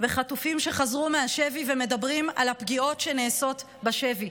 וחטופים שחזרו מהשבי ומדברים על הפגיעות שנעשות בשבי,